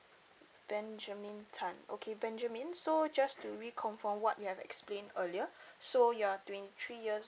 benjamin tan okay benjamin so just to reconfirm what you have explained earlier so you're twenty three years